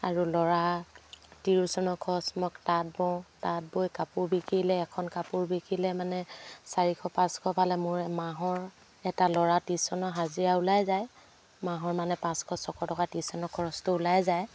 আৰু ল'ৰা টিউচনৰ খৰচ মই তাঁত বওঁ তাঁত বৈ কাপোৰ বিকিলে এখন কাপোৰ বিকিলে মানে চাৰিশ পাঁচশ পালে মোৰ মাহৰ এটা ল'ৰা টিউচনৰ হাজিৰা ওলাই যায় মাহৰ মানে পাঁচশ ছশ টকা টিউচনৰ খৰচটো ওলাই যায়